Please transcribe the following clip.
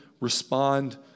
respond